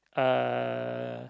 uh